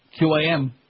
QAM